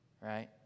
Right